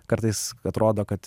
kartais atrodo kad